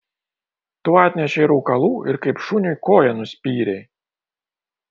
tu atnešei rūkalų ir kaip šuniui koja nuspyrei